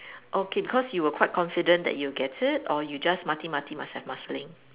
okay 'cause you were quite confident that you would get it or you just mati mati must have Marsiling